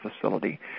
facility